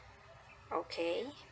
okay